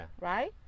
right